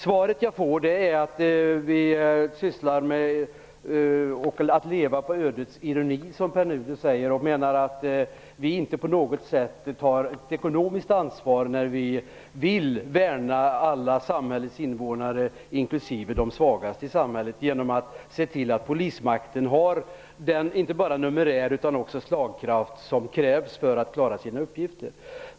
Svaret jag får är att vi lever på ödets ironi, som Pär Nuder säger, och menar att vi inte på något sätt tar ekonomiskt ansvar när vi vill värna alla samhällets invånare, inklusive de svagaste i samhället, genom att se till att polismakten har den inte bara numerär utan också slagkraft som krävs för att den skall klara sina uppgifter.